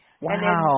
Wow